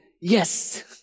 yes